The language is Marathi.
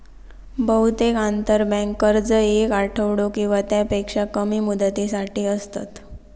बहुतेक आंतरबँक कर्ज येक आठवडो किंवा त्यापेक्षा कमी मुदतीसाठी असतत